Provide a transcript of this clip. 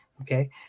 okay